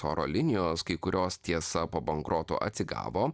oro linijos kai kurios tiesa po bankroto atsigavo